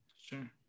Sure